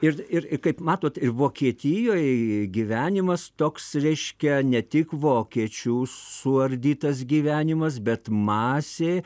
ir ir kaip matot ir vokietijoj gyvenimas toks reiškia ne tik vokiečių suardytas gyvenimas bet masė